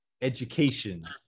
education